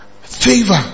favor